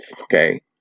Okay